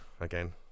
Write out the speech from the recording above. again